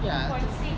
ya